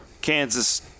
Kansas